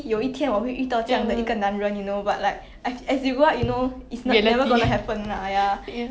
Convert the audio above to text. you will always succeed